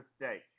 mistake